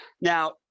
Now